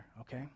Okay